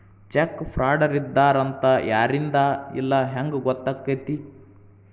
Check ಫ್ರಾಡರಿದ್ದಾರ ಅಂತ ಯಾರಿಂದಾ ಇಲ್ಲಾ ಹೆಂಗ್ ಗೊತ್ತಕ್ಕೇತಿ?